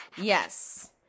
Yes